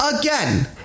again